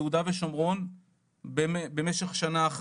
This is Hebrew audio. ביהודה ושומרון במשך שנה שלמה.